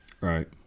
Right